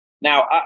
Now